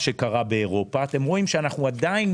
שקרה באירופה אתם רואים שאנחנו עדיין